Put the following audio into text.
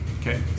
Okay